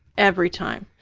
every time.